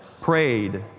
prayed